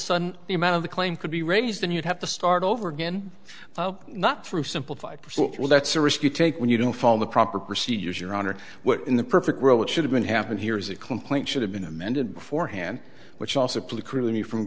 sudden the amount of the claim could be raised and you'd have to start over again not through simplified well that's a risk you take when you don't follow the proper procedures your honor what in the perfect world should have been happen here is a complaint should have been amended beforehand which also please cruelly from